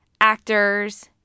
actors